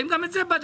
האם גם את זה בדקתם?